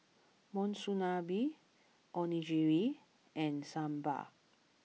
Monsunabe Onigiri and Sambar